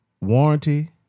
warranty